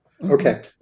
okay